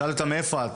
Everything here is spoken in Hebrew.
שאלתי אותה מאיפה את,